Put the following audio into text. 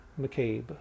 McCabe